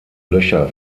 löcher